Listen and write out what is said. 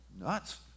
nuts